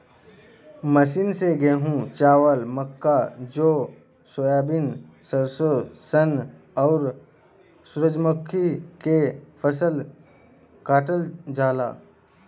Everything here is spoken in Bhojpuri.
मशीन से गेंहू, चावल, मक्का, जौ, सोयाबीन, सरसों, सन, आउर सूरजमुखी के फसल काटल जाला